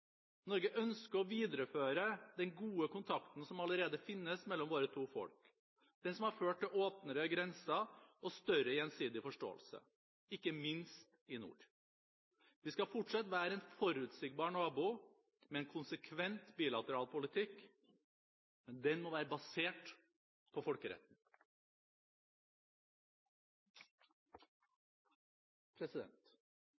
Norge ønsker å videreføre den gode kontakten som allerede finnes mellom våre to folk – den som har ført til åpnere grenser og større gjensidig forståelse, ikke minst i nord. Vi skal fortsatt være en forutsigbar nabo med en konsekvent bilateral politikk, men den må være basert på